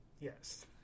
Yes